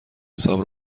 حساب